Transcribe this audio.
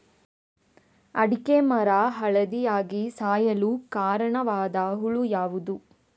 ಅಡಿಕೆ ಮರ ಹಳದಿಯಾಗಿ ಸಾಯಲು ಕಾರಣವಾದ ಹುಳು ಯಾವುದು?